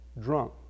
drunk